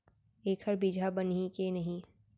एखर बीजहा बनही के नहीं?